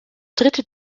dritte